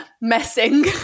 messing